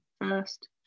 first